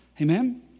Amen